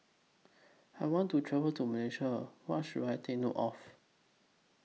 I want to travel to Malaysia What should I Take note of